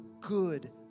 good